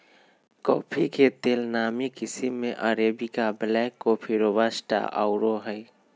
coffee के लेल नामी किशिम में अरेबिका, ब्लैक कॉफ़ी, रोबस्टा आउरो हइ